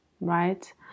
right